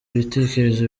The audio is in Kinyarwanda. ibitekerezo